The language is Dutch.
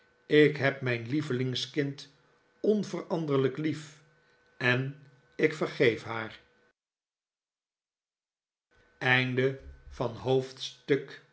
ik heb mijn lievelingskind onveranderlijk lief en ik vergeef haar